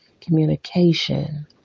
communication